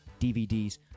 DVDs